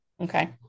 Okay